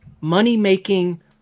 money-making